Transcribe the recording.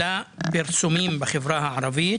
לפרסומים בחברה הערבית,